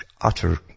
utter